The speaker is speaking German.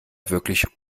wirklich